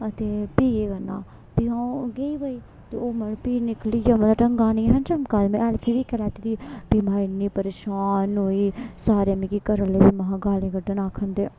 अते फ्ही केह् करना हा फ्ही आ'ऊं गेई भाई ते ओह फ्ही निकली गेआ ढगां दा नेईं हा चमका में ऐल्फी बी इक्कै लैती दी फ्ही माए इन्नी परेशान होई सारे मिगी घरै आहले बी महां गाली कड्ढना आखन ते